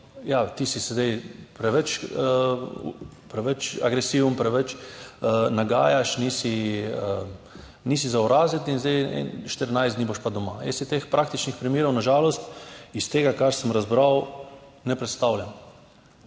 ti si zdaj preveč agresiven, preveč nagajaš, nisi za v razred in zdaj boš pa 14 dni doma.« Jaz si teh praktičnih primerov na žalost iz tega, kar sem razbral, ne predstavljam.